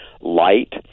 light